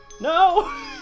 No